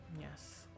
Yes